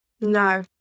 no